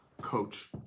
coach